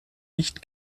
nicht